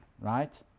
right